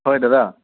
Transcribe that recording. হয় দাদা